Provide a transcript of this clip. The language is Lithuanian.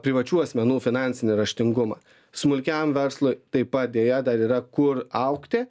privačių asmenų finansinį raštingumą smulkiajam verslui taip pat deja dar yra kur augti